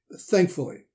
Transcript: Thankfully